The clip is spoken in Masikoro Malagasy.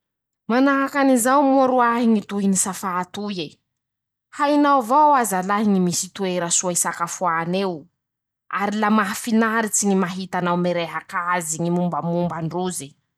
Manahaky anizao moa roahy ñy tohiny safà toy e: -"Hainao avao aza lahy ñy misy toera fisakafoan'eo ,ary la mahafinaritsy ñy mahita anao mirehak'azy, ñy mombamomba an-drozy."